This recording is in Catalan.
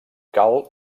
cal